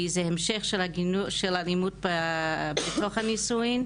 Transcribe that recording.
זה המשך של אלימות בתוך הנישואים,